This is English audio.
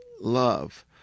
love